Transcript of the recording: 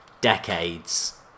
decades